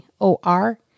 O-R